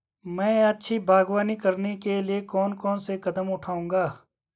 मैं अच्छी बागवानी करने के लिए कौन कौन से कदम बढ़ाऊंगा?